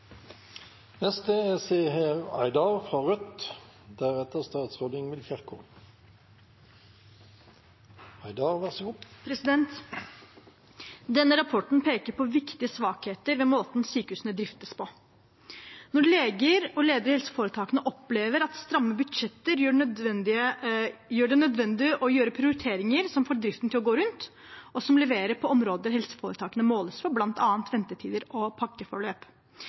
Denne rapporten peker på viktige svakheter ved måten sykehusene driftes på. Leger og ledere i helseforetakene opplever at stramme budsjetter gjør det nødvendig å gjøre prioriteringer som får driften til å gå rundt, og som leverer på områder helseforetakene måles på, bl.a. ventetider og pakkeforløp.